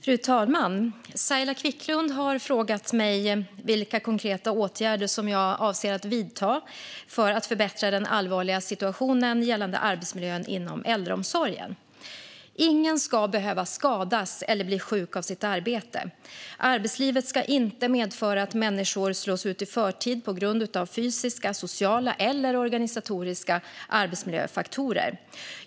Fru talman! Saila Quicklund har frågat mig vilka konkreta åtgärder jag avser att vidta för att förbättra den allvarliga situationen gällande arbetsmiljön inom äldreomsorgen. Ingen ska behöva skadas eller bli sjuk av sitt arbete. Arbetslivet ska inte medföra att människor slås ut i förtid på grund av fysiska, sociala eller organisatoriska arbetsmiljöfaktorer.